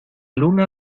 luna